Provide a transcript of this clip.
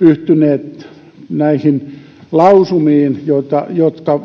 yhtyneet näihin lausumiin jotka jotka